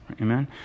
Amen